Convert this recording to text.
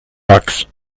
bugs